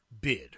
bid